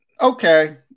okay